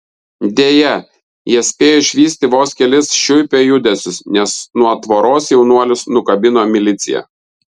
deja jie spėjo išvysti vos kelis šiuipio judesius nes nuo tvoros jaunuolius nukabino milicija